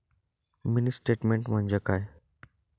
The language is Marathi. मिनी स्टेटमेन्ट म्हणजे काय?